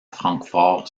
francfort